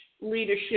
leadership